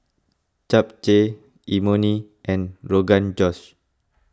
Japchae Imoni and Rogan Josh